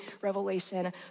revelation